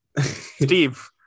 Steve